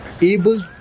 able